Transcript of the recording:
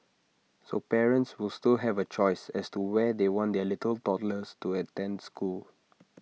so parents will still have A choice as to where they want their little toddlers to attend school